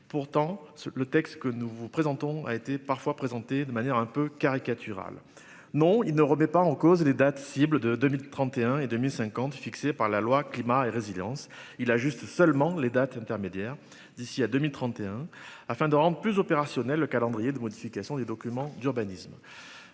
Pourtant ce le texte que nous vous présentons a été parfois présenté de manière un peu caricaturale. Non il ne remet pas en cause les dates cible de 2031 et 2050 fixé par la loi climat et résilience, il a juste seulement les dates intermédiaires d'ici à 2031 afin de rendre plus opérationnel le calendrier de modification des documents d'urbanisme.